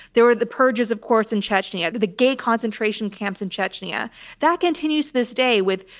there were the purges, of course in chechnya, the gay concentration camps in chechnya that continues to this day with,